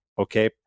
Okay